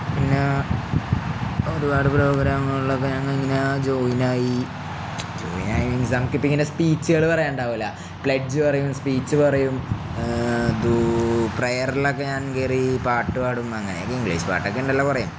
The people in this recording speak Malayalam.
പിന്നെ ഒരുപാട് പ്രോഗ്രാമുകളിലൊക്കെ ഞങ്ങളിങ്ങനെ ജോയിനായി ജോയിൻ ആയി മീൻസ് നമുക്കിപ്പോള് ഇങ്ങനെ സ്പീച്ചുകള് പറയാനുണ്ടാകുമല്ലോ പ്ലഡ്ജ് പറയും സ്പീച്ച് പറയും പ്രയറിലൊക്കെ ഞാൻ കയറി പാട്ട് പാടും അങ്ങനെയൊക്കെ ഇംഗ്ലീഷ് പാട്ടൊക്കെയുണ്ടല്ലോ കുറേ